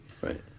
Right